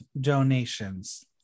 donations